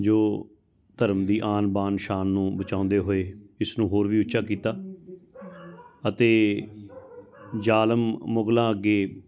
ਜੋ ਧਰਮ ਦੀ ਆਨ ਬਾਨ ਸ਼ਾਨ ਨੂੰ ਬਚਾਉਂਦੇ ਹੋਏ ਇਸਨੂੰ ਹੋਰ ਵੀ ਉੱਚਾ ਕੀਤਾ ਅਤੇ ਜਾਲਮ ਮੁਗਲਾਂ ਅੱਗੇ